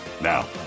Now